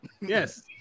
Yes